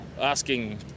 asking